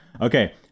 Okay